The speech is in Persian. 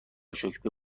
شکر، به